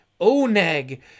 oneg